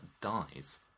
dies